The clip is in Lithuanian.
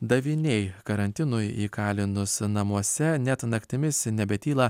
daviniai karantinui įkalinus namuose net naktimis nebetyla